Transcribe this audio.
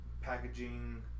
Packaging